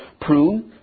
prune